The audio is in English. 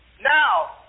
Now